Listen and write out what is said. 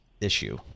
issue